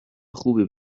خوبی